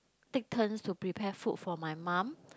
take turns to prepare food for my mum